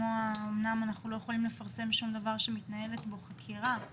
אמנם אנחנו לא יכולים לפרסם שום דבר שמתנהלת בו חקירה,